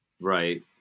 right